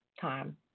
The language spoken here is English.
time